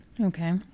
Okay